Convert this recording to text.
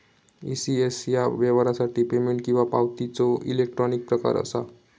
ECS ह्या व्यवहारासाठी payment किंवा पावतीचो इलेक्ट्रॉनिक प्रकार असा